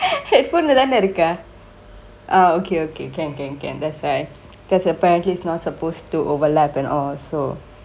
headphone ல தான இருக்க:le thaane irukke ah okay okay can can can that's why cause apparently it's not supposed to overlap and all so